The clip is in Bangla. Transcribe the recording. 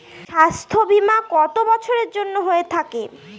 স্বাস্থ্যবীমা কত বছরের জন্য হয়ে থাকে?